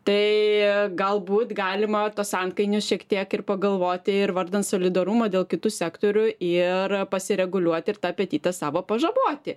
tai galbūt galima tuos antkainius šiek tiek ir pagalvoti ir vardan solidarumo dėl kitų sektorių ir pasireguliuoti ir tą apetitą savo pažaboti